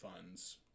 funds